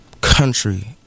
country